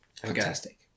Fantastic